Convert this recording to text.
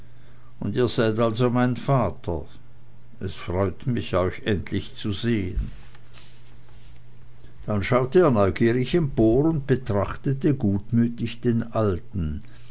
und ihr seid also mein vater es freut mich euch endlich zu sehen dann schaute er neugierig empor und betrachtete gutmütig den alten